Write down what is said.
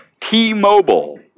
T-Mobile